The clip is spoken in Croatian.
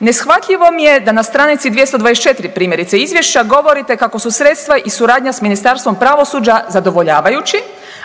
Neshvatljivo mi je da na str. 224 primjerice izvješća govorite kako su sredstva i suradnja s Ministarstvom pravosuđa zadovoljavajući,